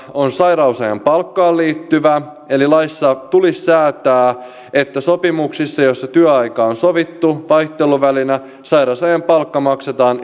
on sairausajan palkkaan liittyvä laissa tulisi säätää että sopimuksissa joissa työaika on sovittu vaihteluvälinä sairausajan palkka maksetaan